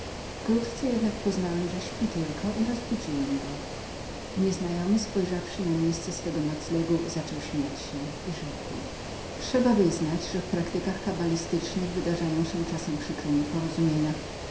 wkrótce jednak poznałem że spał tylko i rozbudziłem go nieznajomy spojrzawszy na miejsce swego noclegu zaczął śmiać się i rzekł trzeba wyznać że w nauce kabalistyki wydarzają się czasem przykre nieporozumienia